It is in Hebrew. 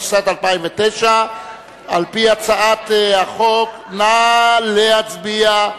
התשס"ט 2009. נא להצביע.